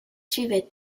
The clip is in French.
suivait